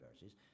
verses